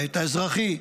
בהיבט האזרחי,